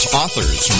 authors